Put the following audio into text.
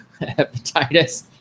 hepatitis